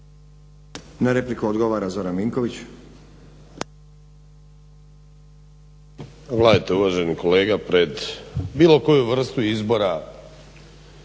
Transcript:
Na repliku odgovara Zoran Vinković.